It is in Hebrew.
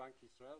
לבנק ישראל,